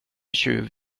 tjuv